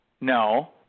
No